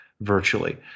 virtually